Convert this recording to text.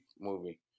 movie